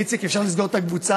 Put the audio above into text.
איציק, אפשר לסגור את הקבוצה?